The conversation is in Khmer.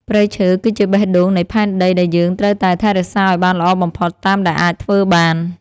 ព្រៃឈើ គឺជាបេះដូងនៃផែនដីដែលយើងត្រូវតែថែរក្សាឱ្យបានល្អបំផុតតាមដែលអាចធ្វើបាន។